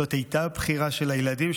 זאת הייתה בחירה של הילדים,